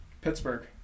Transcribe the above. Pittsburgh